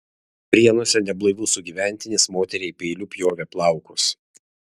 prienuose neblaivus sugyventinis moteriai peiliu pjovė plaukus